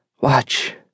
Watch